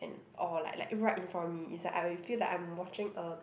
or like like right in front of me is like I feel like I'm watching a